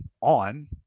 on